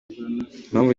impamvu